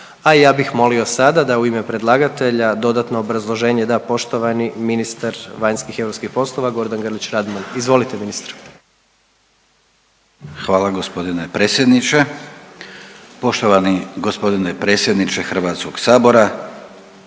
A ja bih molio sada da u ime predlagatelja dodatno obrazloženje da poštovani ministar vanjskih i europskih poslova Gordan Grlić Radman, izvolite ministre. **Grlić Radman, Gordan (HDZ)** Hvala g. predsjedniče. Poštovani g.